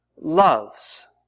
loves